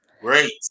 great